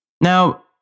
Now